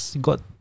Got